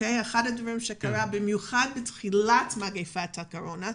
במיוחד בתחילת מגפת הקורונה.